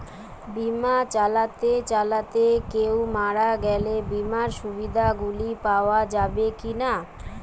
বিমা চালাতে চালাতে কেও মারা গেলে বিমার সুবিধা গুলি পাওয়া যাবে কি না?